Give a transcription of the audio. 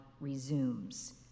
resumes